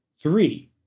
Three